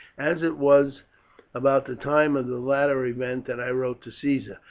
as it was about the time of the latter event that i wrote to caesar,